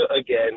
again